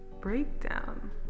breakdown